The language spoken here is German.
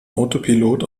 autopilot